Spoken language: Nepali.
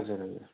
हजुर हजुर